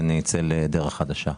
ונצא לדרך חדשה.